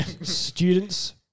Students